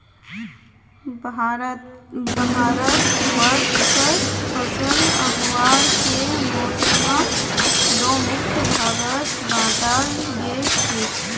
भारतवर्षत फसल उगावार के मौसमक दो मुख्य भागत बांटाल गेल छेक